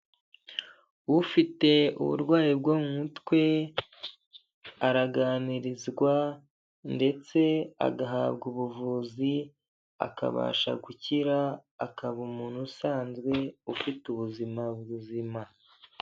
Ufite uburwayi bwo mu mutwe, araganirizwa, ndetse agahabwa ubuvuzi akabasha gukira akaba umuntu usanzwe ufite ubuzima buzima.